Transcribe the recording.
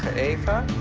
eva,